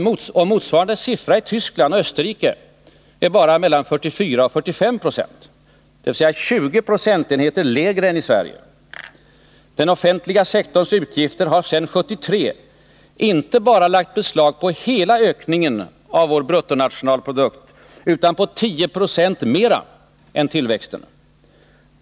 Motsvarande siffror för Västtyskland och Österrike är bara 44-45 26, 20 procentenheter lägre än i Sverige. Den offentliga sektorns utgifter har sedan 1973 inte bara lagt beslag på hela ökningen av vår bruttonationalprodukt utan på 10 96 mer än tillväxten.